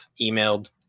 emailed